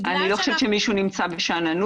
בגלל שאנחנו --- אני לא חושבת שמישהו נמצא בשאננות,